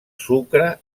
sucre